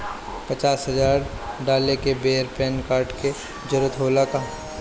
पचास हजार डाले के बेर पैन कार्ड के जरूरत होला का?